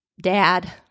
dad